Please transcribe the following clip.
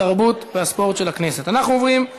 התרבות והספורט נתקבלה.